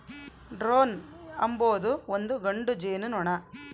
drone ಅಂಬೊದು ಒಂದು ಗಂಡು ಜೇನುನೊಣ